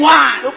one